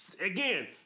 Again